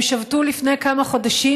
הם שבתו לפני כמה חודשים,